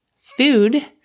food